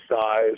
size